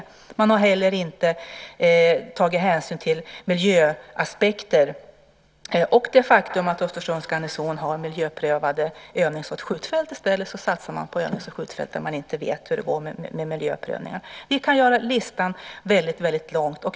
Dessutom har man inte tagit hänsyn till miljöaspekter och det faktum att Östersunds garnison har miljöprövade övnings och skjutfält. I stället satsar man på övnings och skjutfält där man inte vet hur det går med miljöprövningarna. Vi kan göra listan väldigt lång.